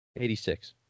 86